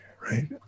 right